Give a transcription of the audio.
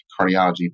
cardiology